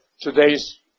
today's